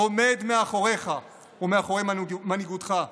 עומד מאחוריך ומאחורי מנהיגותך.